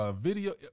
video